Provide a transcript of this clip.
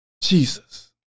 Jesus